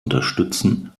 unterstützen